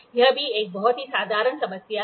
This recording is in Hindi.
यह भी एक बहुत ही साधारण समस्या है